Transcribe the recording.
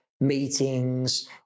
meetings